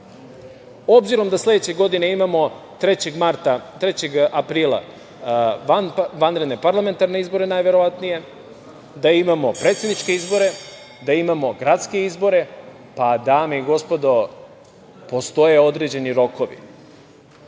tako? Obzirom da sledeće godine imamo 3. aprila vanredne parlamentarne izbore, najverovatnije, da imamo predsedničke izbore, da imamo gradske izbore, pa, dame i gospodo, postoje određeni rokovi,